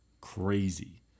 crazy